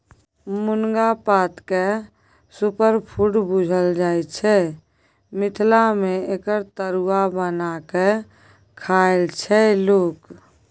मुनगा पातकेँ सुपरफुड बुझल जाइ छै मिथिला मे एकर तरुआ बना कए खाइ छै लोक